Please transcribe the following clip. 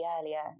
earlier